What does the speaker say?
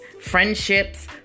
friendships